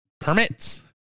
permits